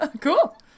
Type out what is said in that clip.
Cool